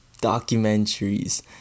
documentaries